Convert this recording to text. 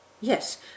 Yes